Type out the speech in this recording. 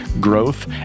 growth